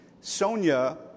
Sonia